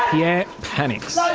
yeah panics. ah